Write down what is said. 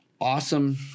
Awesome